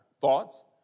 thoughts